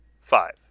five